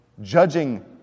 judging